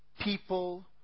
people